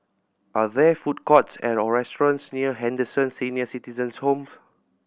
are there food courts or restaurants near Henderson Senior Citizens' Home